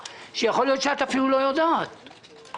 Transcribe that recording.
שיכול להיות שאת אפילו לא יודעת עליו.